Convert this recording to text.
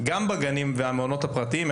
גם בגנים וגם במעונות הפרטיים,